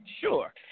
Sure